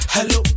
Hello